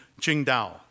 Qingdao